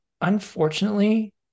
unfortunately-